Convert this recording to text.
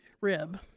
rib